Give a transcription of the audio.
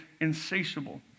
insatiable